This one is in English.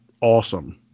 awesome